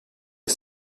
que